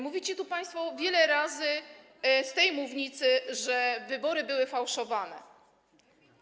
Mówicie tu państwo wiele razy z tej mównicy, że wybory były fałszowane.